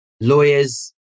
lawyers